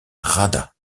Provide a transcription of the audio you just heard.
rada